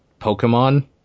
Pokemon